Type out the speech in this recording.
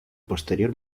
posterior